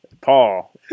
Paul